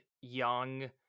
young